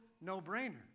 no-brainer